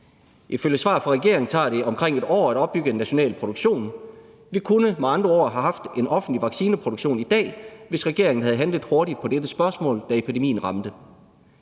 Ifølge et svar fra regeringen tager det omkring et år at opbygge en national produktion; vi kunne med andre ord have haft en offentlig vaccineproduktionen i dag, hvis regeringen havde handlet hurtigt på dette spørgsmål, da epidemien ramte.